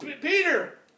Peter